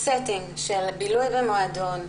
הסטינג של בילוי במועדון,